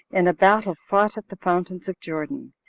in a battle fought at the fountains of jordan,